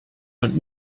und